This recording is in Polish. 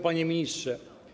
Panie Ministrze!